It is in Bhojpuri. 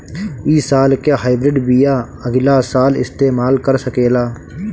इ साल के हाइब्रिड बीया अगिला साल इस्तेमाल कर सकेला?